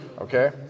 Okay